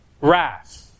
wrath